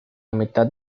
mitad